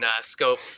scope